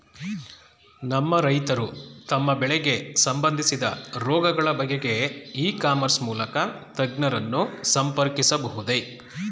ನಮ್ಮ ರೈತರು ತಮ್ಮ ಬೆಳೆಗೆ ಸಂಬಂದಿಸಿದ ರೋಗಗಳ ಬಗೆಗೆ ಇ ಕಾಮರ್ಸ್ ಮೂಲಕ ತಜ್ಞರನ್ನು ಸಂಪರ್ಕಿಸಬಹುದೇ?